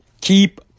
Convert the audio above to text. Keep